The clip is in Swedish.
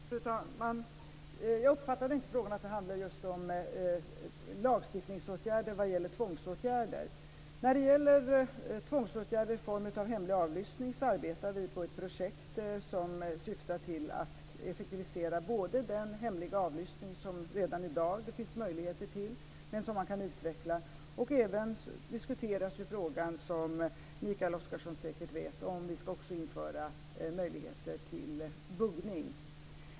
Fru talman! Jag uppfattade inte att frågan handlade om just lagstiftningsåtgärder vad gäller tvångsåtgärder. När det gäller tvångsåtgärder i form av hemlig avlyssning arbetar vi på ett projekt som syftar till att effektivisera den hemliga avlyssning som det redan i dag finns möjligheter till, men som kan utvecklas. Dessutom diskuteras frågan om vi också ska införa möjligheter till buggning, som Mikael Oscarsson säkert vet.